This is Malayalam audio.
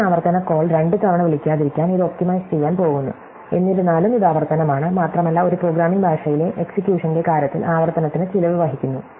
ഒരേ ആവർത്തന കോൾ രണ്ടുതവണ വിളിക്കാതിരിക്കാൻ ഇത് ഒപ്റ്റിമൈസ് ചെയ്യാൻ പോകുന്നു എന്നിരുന്നാലും ഇത് ആവർത്തനമാണ് മാത്രമല്ല ഒരു പ്രോഗ്രാമിംഗ് ഭാഷയിലെ എക്സിക്യൂഷന്റെ കാര്യത്തിൽ ആവർത്തനത്തിന് ചിലവ് വഹിക്കുന്നു